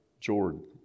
Jordan